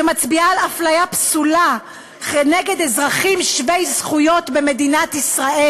שמצביעה על אפליה פסולה כנגד אזרחים שווי זכויות במדינת ישראל.